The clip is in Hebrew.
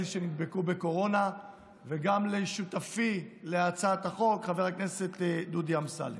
שנדבקו בקורונה וגם לשותפי להצעת החוק חבר הכנסת דודי אמסלם.